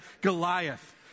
Goliath